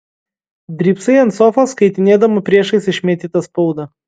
drybsai ant sofos skaitinėdama priešais išmėtytą spaudą